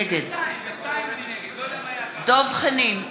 נגד דב חנין,